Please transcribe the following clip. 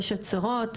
יש הצהרות,